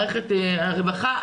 מערכת הרווחה,